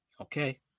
Okay